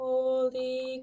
Holy